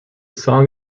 song